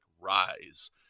Rise